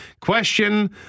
Question